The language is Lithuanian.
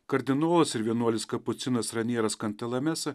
kardinolas ir vienuolis kapucinas ranieras kantalamesa